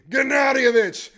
Gennadyevich